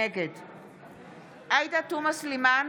נגד עאידה תומא סלימאן,